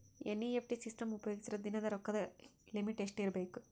NEFT system ಉಪಯೋಗಿಸಿದರ ದಿನದ ರೊಕ್ಕದ ಲಿಮಿಟ್ ಎಷ್ಟ ಇರಬೇಕು?